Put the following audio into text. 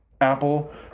Apple